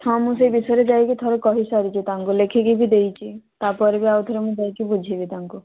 ହଁ ମୁଁ ସେ ବିଷୟରେ ଯାଇକି ଥରେ କହିସାରିଛି ତାଙ୍କୁ ଲେଖିକିବି ଦେଇଛି ତାପରେ ବି ମୁଁ ଯାଇକି ବୁଝିବି ତାଙ୍କୁ